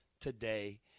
today